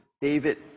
David